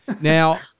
Now